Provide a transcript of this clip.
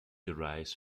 derives